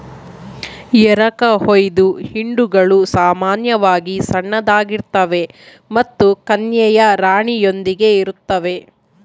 ಎರಕಹೊಯ್ದ ಹಿಂಡುಗಳು ಸಾಮಾನ್ಯವಾಗಿ ಸಣ್ಣದಾಗಿರ್ತವೆ ಮತ್ತು ಕನ್ಯೆಯ ರಾಣಿಯೊಂದಿಗೆ ಇರುತ್ತವೆ